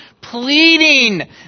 pleading